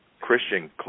Christian